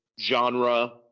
genre